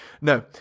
No